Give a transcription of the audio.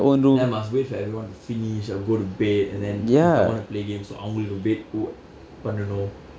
ya must wait for everyone to finish or go to bed and then if I want to play games அவங்களுக்கு:avangalukku wait oh பண்ணனும்:pannanum